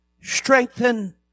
Strengthen